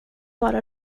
bara